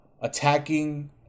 attacking